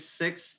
six